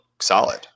solid